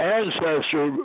ancestor